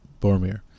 Boromir